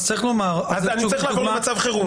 לא, צריך לומר --- צריך לעבור למצב חירום.